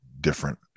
different